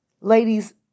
Ladies